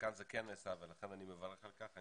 כאן זה כן נעשה ולכן אני מברך על כך.